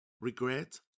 regret